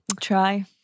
Try